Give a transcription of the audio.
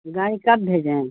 گاڑی کب بھیجیں